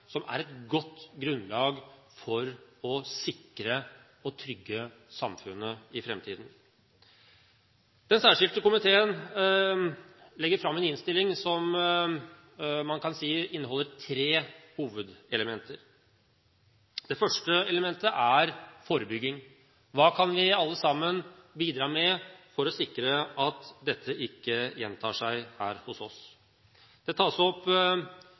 som er et godt grunnlag for å sikre og trygge samfunnet i framtiden. Den særskilte komité legger fram en innstilling som man kan si inneholder tre hovedelementer: Det første elementet er forebygging. Hva kan vi alle bidra med for å sikre at dette ikke gjentar seg her hos oss? Det tas opp